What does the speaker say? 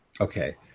Okay